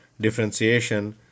differentiation